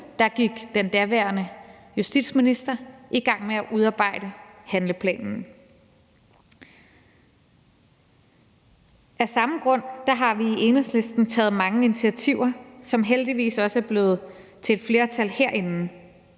gik den daværende justitsminister i gang med at udarbejde handleplanen. Af samme grund har vi i Enhedslisten taget mange initiativer, som der heldigvis også har været flertal for herinde,